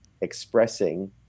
expressing